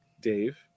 Dave